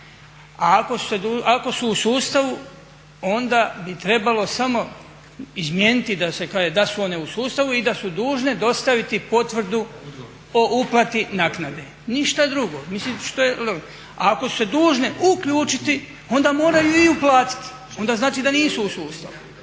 Ako su u sustavu onda bi trebalo samo izmijeniti da su one u sustavu i da su dužne dostaviti potvrdu o uplati naknade, ništa drugo. A ako su se dužne uključiti onda moraju i uplatiti, onda znači da nisu u sustavu.